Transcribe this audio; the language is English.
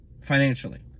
financially